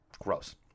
Gross